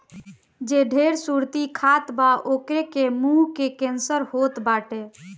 जे ढेर सुरती खात बा ओके के मुंहे के कैंसर होत बाटे